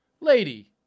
Lady